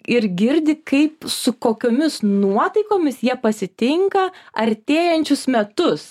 ir girdi kaip su kokiomis nuotaikomis jie pasitinka artėjančius metus